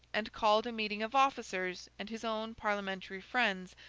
and called a meeting of officers and his own parliamentary friends,